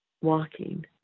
walking